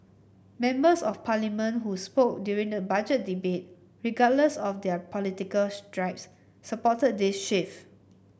members of Parliament who spoke during the Budget Debate regardless of their political stripes supported this shift